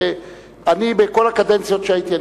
ואני בכל הקדנציות שהייתי,